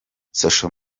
social